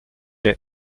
est